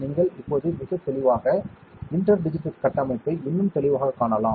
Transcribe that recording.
நீங்கள் இப்போது மிகத் தெளிவாக இன்டர் டிஜிட்டட் கட்டமைப்பை இன்னும் தெளிவாகக் காணலாம்